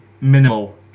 minimal